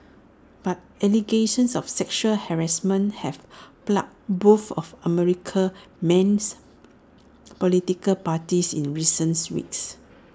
but allegations of sexual harassment have plagued both of America's mains political parties in recent weeks